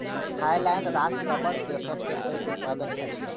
Thailand राष्ट्र रबड़ के सबसे पैघ उत्पादक अछि